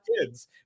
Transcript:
kids